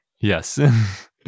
Yes